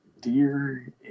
Dear